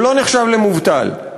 הוא לא נחשב למובטל.